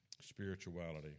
spirituality